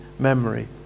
memory